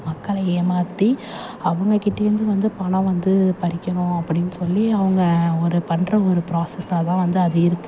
மக்களை ஏமாற்றி அவங்கக்கிட்டேர்ந்து வந்து பணம் வந்து பறிக்கணும் அப்படின்னு சொல்லி அவங்க ஒரு பண்ணுற ஒரு ப்ராஸஸாக தான் வந்து அது இருக்குது